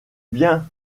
bien